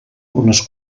unes